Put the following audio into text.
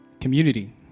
community